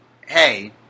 hey